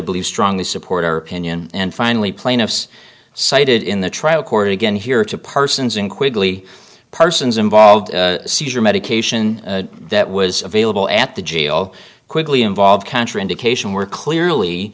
believe strongly support our opinion and finally plaintiffs cited in the trial court again here to parsons and quickly persons involved seizure medication that was available at the jail quickly involved contraindication were